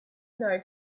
know